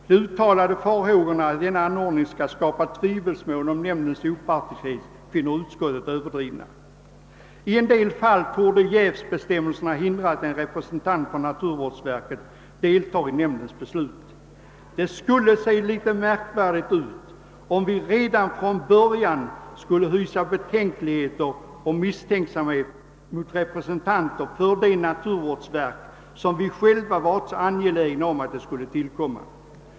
De uttalade farhågorna för att denna anordning kan skapa tvivelsmål om nämndens opartiskhet finner utskottet överdrivna. I en del fall torde jävsbestämmelserna hindra att en representant från naturvårdsverket deltar i nämndens beslut. Det skulle se litet märkvärdigt ut om vi redan från början hyste betänkligheter och misstänksamhet mot representanter för naturvårdsverket, som vi själva varit så angelägna om att skapa.